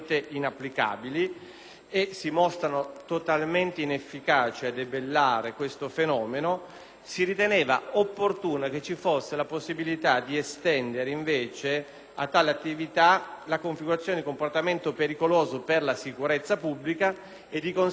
si ritiene opportuno che ci sia la possibilità di estendere invece a tale attività la definizione di comportamento pericoloso per la sicurezza pubblica e, di conseguenza, l'applicazione delle misure preventive previste nella vigente legislazione.